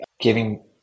giving